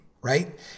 right